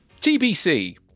TBC